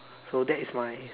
so that is my